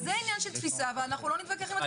אז זה עניין של תפיסה אבל אנחנו לא נתווכח עם התפיסה.